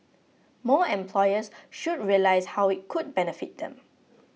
more employers should realise how it could benefit them